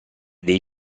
dei